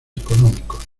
económicos